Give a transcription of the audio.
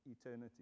eternity